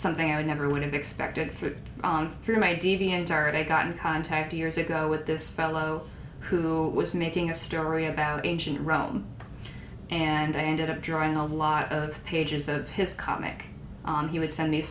something i never would have expected through my deviant art i got in contact years ago with this fellow who was making a story about ancient rome and i ended up drawing a lot of pages of his comic he would send these